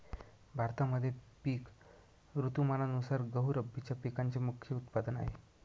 भारतामध्ये पिक ऋतुमानानुसार गहू रब्बीच्या पिकांचे मुख्य उत्पादन आहे